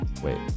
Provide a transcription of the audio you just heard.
Wait